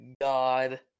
God